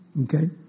Okay